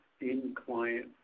in-client